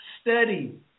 study